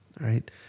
right